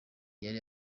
yari